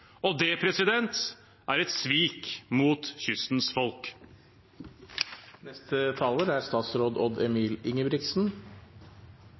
og det er et svik mot kystens